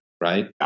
right